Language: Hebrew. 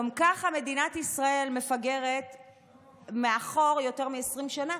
גם ככה מדינת ישראל מפגרת מאחור יותר מ-20 שנה